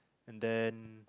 and then